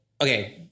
okay